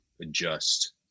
adjust